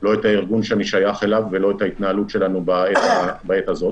לא את הארגון שאני שייך אליו ולא את ההתנהלות שלנו בעת הזאת,